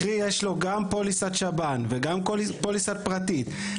קרי יש לו גם פוליסת שב"ן וגם פוליסה פרטית,